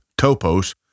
topos